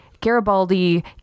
Garibaldi